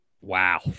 Wow